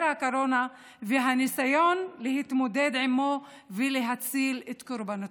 הקורונה והניסיון להתמודד עימו ולהציל את קורבנותיו.